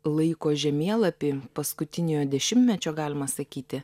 laiko žemėlapį paskutiniojo dešimtmečio galima sakyti